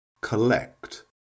collect